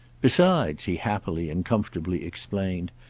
besides, he happily and comfortably explained,